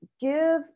give